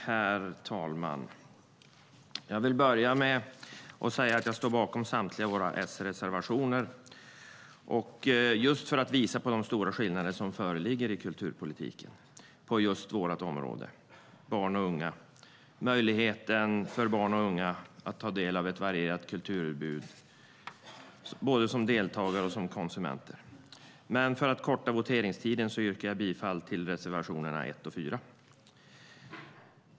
Herr talman! Jag vill börja med att säga att jag står bakom samtliga våra S-reservationer, för att visa på de stora skillnader som föreligger i kulturpolitiken på just området barn och unga och möjligheten för barn och unga att ta del av ett varierat kulturutbud både som deltagare och som konsumenter. För att korta voteringstiden yrkar jag bifall till reservationerna 1 och 4.